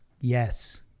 Yes